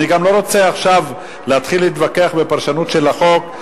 אני גם לא רוצה עכשיו להתחיל להתווכח על הפרשנות של החוק.